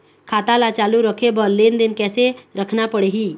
खाता ला चालू रखे बर लेनदेन कैसे रखना पड़ही?